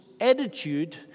attitude